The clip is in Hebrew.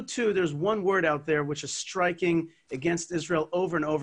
אנחנו מנסים לחתור תחת החותרים ולהציג